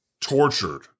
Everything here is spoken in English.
tortured